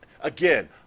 again